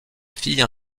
fille